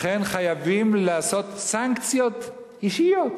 לכן חייבים לעשות סנקציות אישיות,